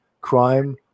crime